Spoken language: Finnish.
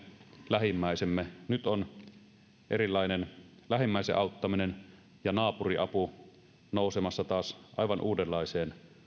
lähimmäisemme nyt ovat taas erilainen lähimmäisen auttaminen ja naapuriapu nousemassa aivan uudenlaiseen